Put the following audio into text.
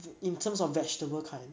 in terms of vegetable kind